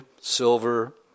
silver